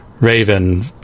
Raven